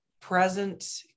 present